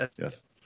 Yes